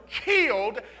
killed